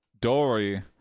Dory